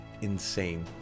insane